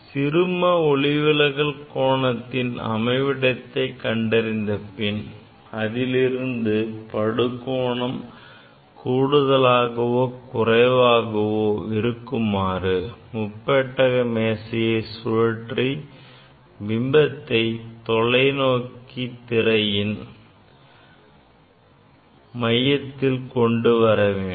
சிறும ஒளிவிலகல் கோணத்தின் அமைவிடத்தை கண்டறிந்த பின் அதிலிருந்து படுகோணம் கூடுதலாகவோ குறைவாகவோ இருக்குமாறு முப்பட்டக மேசையை சுழற்றி பிம்பத்தை தொலைநோக்கியின் திரைக்குள் கொண்டுவர வேண்டும்